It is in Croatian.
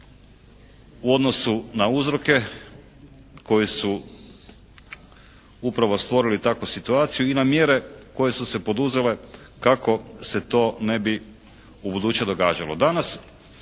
u odnosu na uzroke koji su upravo stvorili takvu situaciju i na mjere koje su se poduzele kako se to ne bi ubuduće događalo. Danas